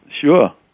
Sure